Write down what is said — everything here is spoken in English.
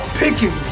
picking